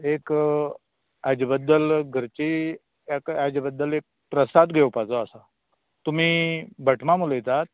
एक हाजें बद्दल घरची एका हाजें बद्दल एक प्रसाद घेवपाचो आसा तुमी भट माम उलयतात